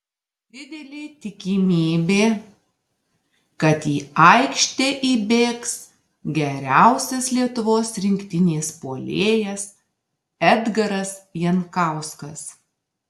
didelė tikimybė kad į aikštę įbėgs geriausias lietuvos rinktinės puolėjas edgaras jankauskas